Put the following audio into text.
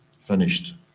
finished